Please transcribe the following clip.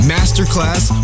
Masterclass